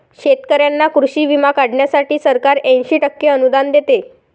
शेतकऱ्यांना कृषी विमा काढण्यासाठी सरकार ऐंशी टक्के अनुदान देते